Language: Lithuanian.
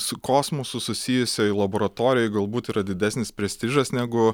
su kosmosu susijusioj laboratorijoj galbūt yra didesnis prestižas negu